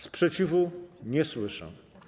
Sprzeciwu nie słyszę.